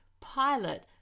pilot